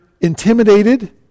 intimidated